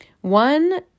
One